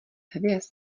hvězd